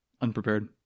unprepared